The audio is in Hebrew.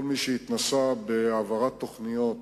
כל מי שהתנסה בהעברת תוכניות